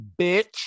bitch